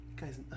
guy's